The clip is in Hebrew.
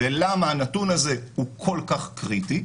ולמה הנתון הזה הוא כל כך קריטי?